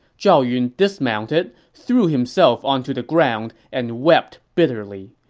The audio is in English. zhao yun dismounted, threw himself onto the ground, and wept bitterly.